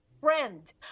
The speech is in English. friend